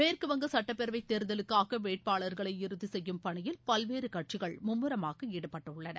மேற்கு வங்க சுட்டப்பேரவை தேர்தலுக்காக வேட்பாளர்களை இறுதி செய்யுயம் பணியில் பல்வேறு கட்சிகள் மும்முரமாக ஈடுபட்டுள்ளன